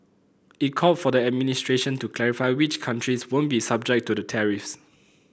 it called for the administration to clarify which countries won't be subject to the tariffs